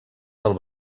del